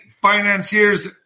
financier's